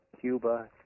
Cuba